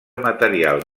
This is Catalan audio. material